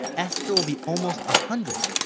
esther will be almost a hundred.